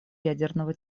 ядерного